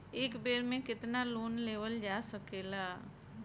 एक बेर में केतना लोन लेवल जा सकेला?